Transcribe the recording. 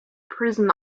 prison